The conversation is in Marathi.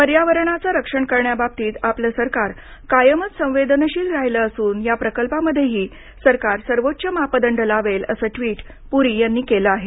पर्यावरणाचं रक्षण करण्याबाबतीत आपलं सरकार कायमच संवेदनशील राहिलं असून या प्रकल्पामध्येही सरकार सर्वोच्च मापदंड लावेल असं ट्वीट पुरी यांनी केलं आहे